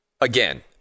again